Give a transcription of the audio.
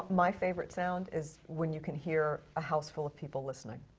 my favorite sound is when you can hear a houseful of people listening.